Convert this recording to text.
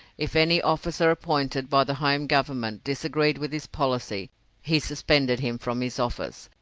if any officer appointed by the home government disagreed with his policy he suspended him from his office,